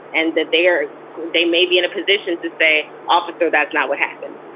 and that they are they may be in a position to say, officer, that's not what happened.